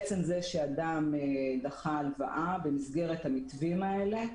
עצם זה שאדם דחה הלוואה במסגרת המתווים האלה,